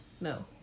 no